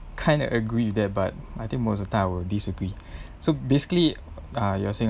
kind of agree with that but I think most of time I would disagree so basically uh you are saying